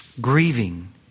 grieving